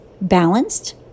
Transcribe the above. balanced